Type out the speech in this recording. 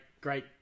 Great